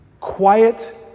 quiet